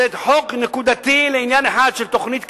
זה חוק נקודתי לעניין אחד, של תוכנית קמ"ע,